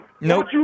Nope